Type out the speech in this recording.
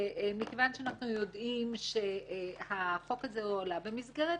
מכיוון שאנחנו יודעים שהחוק הזה הועלה במסגרת